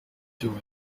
doing